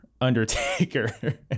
Undertaker